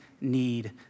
need